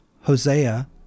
Hosea